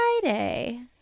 Friday